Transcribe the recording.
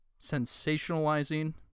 sensationalizing